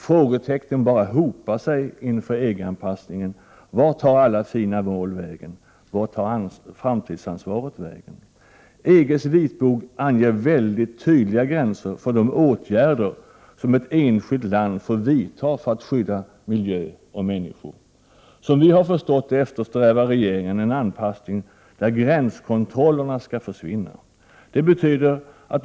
Frågetecknen bara hopar sig inför EG-anpassningen. Vart tar alla fina mål vägen? Och vart tar framtidsansvaret vägen? EG:s vitbok anger väldigt tydliga gränser för de åtgärder som ett enskilt land får vidta för att skydda miljö och människor. Såvitt vi förstår eftersträvar regeringen en anpassning utan gränskontroller.